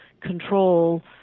control